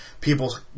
people